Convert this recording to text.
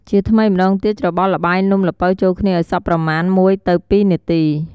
ជាថ្មីម្ដងទៀត ច្របល់ល្បាយនំល្ពៅចូលគ្នាឱ្យសព្វប្រមាណ ១ទៅ២ នាទី។